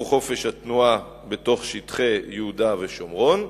חופש התנועה בתוך שטחי יהודה ושומרון,